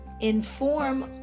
inform